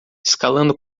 escalando